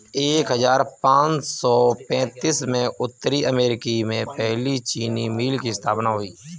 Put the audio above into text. एक हजार पाँच सौ पैतीस में उत्तरी अमेरिकी में पहली चीनी मिल की स्थापना हुई